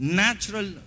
natural